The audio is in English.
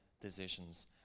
decisions